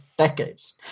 decades